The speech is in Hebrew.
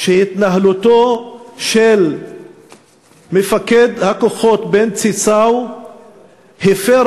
שהתנהלותו של מפקד הכוחות בנצי סאו הפרה